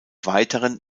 weiteren